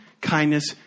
kindness